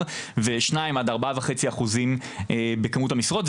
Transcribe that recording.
ושניים עד ארבעה וחצי אחוזים בכמות המשרות.